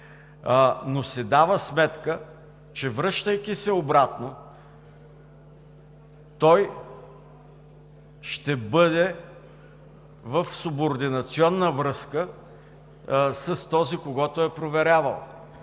си сметка обаче, че връщайки се обратно, той ще бъде в субординационна връзка с този, когото е проверявал,